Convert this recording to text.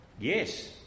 yes